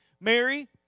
Mary